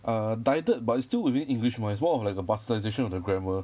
err die ded but it's still within english mah it's more of like the past tense of the grammar